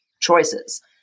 choices